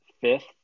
fifth